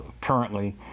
Currently